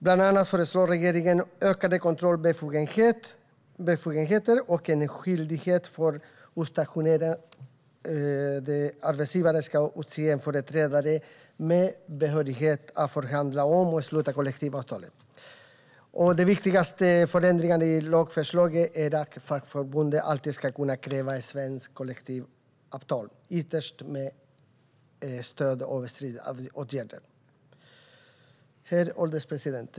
Bland annat föreslår regeringen ökade kontrollbefogenheter och en skyldighet för utstationerande arbetsgivare att utse en företrädare med behörighet att förhandla om och sluta kollektivavtal. Den viktigaste förändringen i lagförslaget är att fackförbund alltid ska kunna kräva svenskt kollektivavtal, ytterst med stöd av stridsåtgärder. Herr ålderspresident!